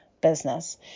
business